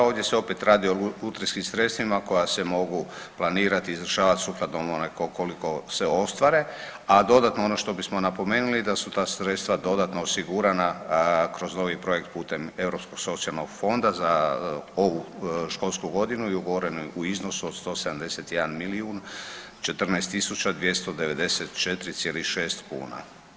Ovdje se opet radi o lutrijskim sredstvima koja se mogu planirati i izvršavat sukladno onome koliko se ostvare, a dodatno ono što bismo napomenuli da su ta sredstva dodatno osigurana kroz novi projekt putem Europskog socijalnog fonda za ovu školsku godinu i ugovoreno je u iznosu od 171 milijun 14 tisuća 294,6 kuna.